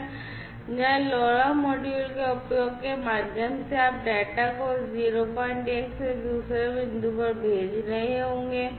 जब आप आश्वस्त होते हैं कि आप विभिन्न अन्य सेटअपों के साथ प्रयास कर सकते हैं जहां LoRa मॉड्यूल के उपयोग के माध्यम से आप डेटा को 01 से दूसरे बिंदु पर भेज सकते हैं